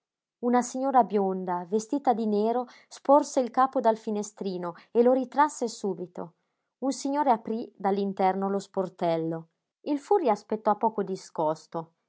una signora bionda vestita di nero sporse il capo dal finestrino e lo ritrasse subito un signore aprí dall'interno lo sportello il furri aspettò poco discosto